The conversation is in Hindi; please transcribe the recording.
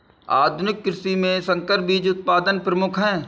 आधुनिक कृषि में संकर बीज उत्पादन प्रमुख है